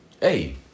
Hey